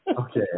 Okay